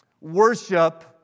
worship